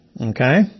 Okay